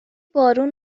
بارون